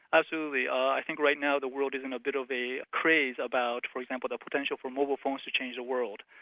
absolutely. i think right now the world is in a bit of a craze about for example, the potential for mobile phones to change the world.